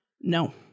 No